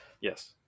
yes